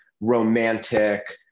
romantic